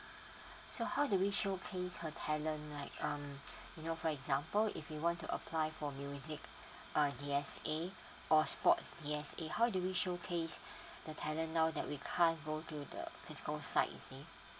so how did we showcase her talent like um you know for example if you want to apply for music uh D_S_A or sports yes it how do we showcase the talent now that we can't go to the ??